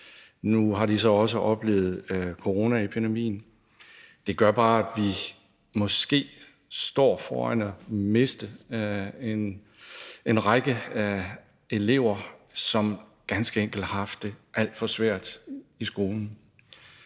nu har de så også oplevet coronaepidemien. Det gør bare, at vi måske står foran at miste en række elever, som ganske enkelt har haft det alt for svært i skolen.